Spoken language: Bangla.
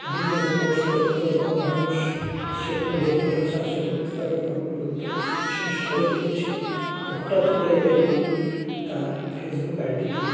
বিভিন্ন পোস্ট করতো এবং মানুষ সেগুলো দেখে হাসাহাসি করতো তাকে পাগল বলত সে সবই ঠিক ছিল হঠাৎ করে একদিন তার ফেসবুক আই ডিটি